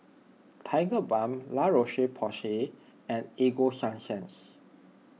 Tigerbalm La Roche Porsay and Ego Sunsense